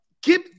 give